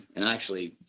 and actually,